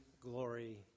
glory